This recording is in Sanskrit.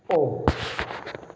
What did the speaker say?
ओ